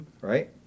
Right